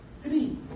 Three